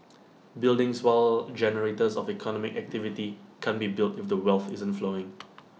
buildings while generators of economic activity can't be built if the wealth isn't flowing in